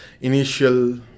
initial